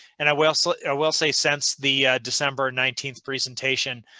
and i will so ah will say since the december nineteen presentation,